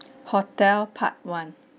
hotel part one